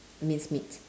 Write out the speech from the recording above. minced meat